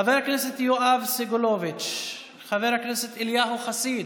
חבר הכנסת יואב סגלוביץ'; חבר הכנסת אליהו חסיד,